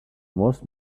most